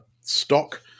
stock